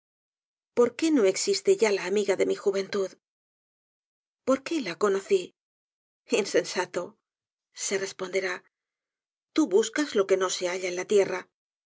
por qué no existe ya la amiga de mi juventud por qué la conocí insensato se responderá tú buscas lo que no se halla en la tierra